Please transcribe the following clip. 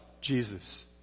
Jesus